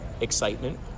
excitement